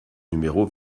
numéro